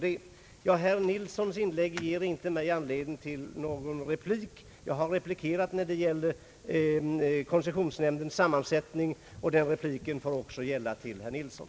Herr Nils Nilssons inlägg ger mig inte anledning till någon replik. Jag har redan replikerat i fråga om koncessionsnämndens sammansättning, och den repliken får gälla även herr Nilsson.